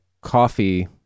coffee